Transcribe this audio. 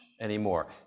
anymore